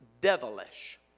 devilish